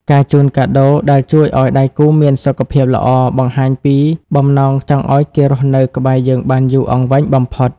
ការជូនកាដូដែលជួយឱ្យដៃគូមានសុខភាពល្អ បង្ហាញពីបំណងចង់ឱ្យគេរស់នៅក្បែរយើងបានយូរអង្វែងបំផុត។